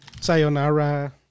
Sayonara